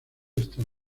estar